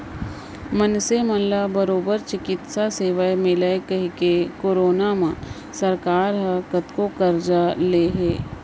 मनसे मन ला बरोबर चिकित्सा सेवा मिलय कहिके करोना म सरकार ह कतको करजा ले हे